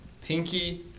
Pinky